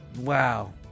wow